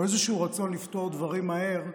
או איזשהו רצון לפתור דברים מהר,